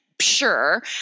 sure